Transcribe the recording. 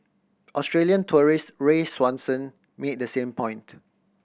Australian tourist Ray Swanson made the same point